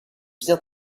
bien